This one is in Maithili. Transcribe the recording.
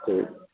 ठीक